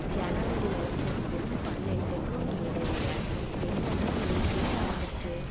ஜனவரி ஒன்றுக்கும் பன்னெண்டுக்கும் இடையில் என்னென்ன மீட்டிங் நடந்துச்சு